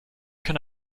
can